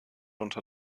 unter